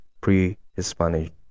pre-Hispanic